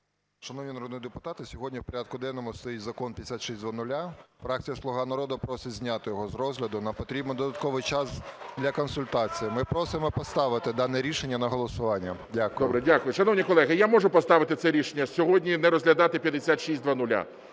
Шановні народні депутати! Сьогодні в порядку денному стоїть Закон 5600. Фракція "Слуга народу" просить зняти його з розгляду, нам потрібен додатковий час для консультацій. Ми просимо поставити дане рішення на голосування. Дякую. ГОЛОВУЮЧИЙ. Добре. Дякую. Шановні колеги, я можу поставити це рішення – сьогодні не розглядати 5600?